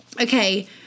Okay